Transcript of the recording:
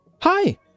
Hi